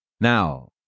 Now